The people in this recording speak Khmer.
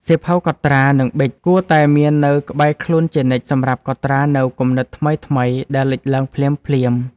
សៀវភៅកត់ត្រា និងប៊ិច គួរតែមាននៅក្បែរខ្លួនជានិច្ចសម្រាប់កត់ត្រានូវគំនិតថ្មីៗដែលលេចឡើងភ្លាមៗ។